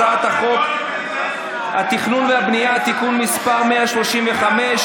הצעת חוק התכנון והבנייה (תיקון מס' 135),